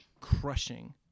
crushing